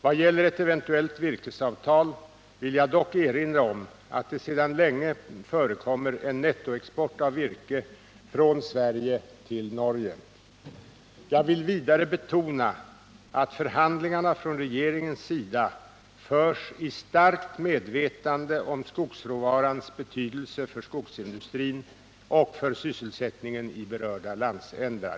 Vad gäller ett eventuellt virkesavtal vill jag dock erinra om att det sedan länge förekommer en nettoexport av virke från Sverige till Norge. Jag vill vidare betona att förhandlingarna från regeringens sida förs i starkt medvetande om skogsråvarans betydelse för skogsindustrin och för sysselsättningen i berörda landsändar.